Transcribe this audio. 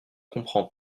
comprend